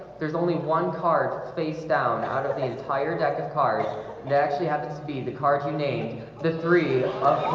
there's only one card facedown out of the entire deck of cards and actually have to speed the car to name the three